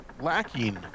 lacking